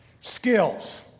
Skills